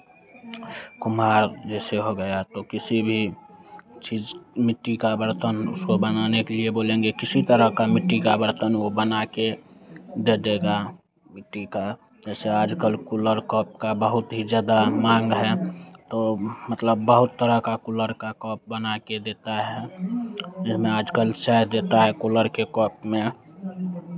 कुम्हार जैसे हो गया तो किसी भी चीज़ मिट्टी का बर्तन उसको बनाने के लिए बोलेंगे किसी तरह का मिट्टी का बर्तन वो बना के दे देगा मिट्टी का ऐसे आज कल कुल्हड़ कप का बहुत ही ज़्यादा मांग है तो मतलब बहुत तरह का कुल्हड़ का कप बना के देता है जिसमें आजकल चाय देता है कुल्हड़ के कप में